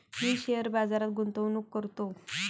मी share बाजारात गुंतवणूक करतो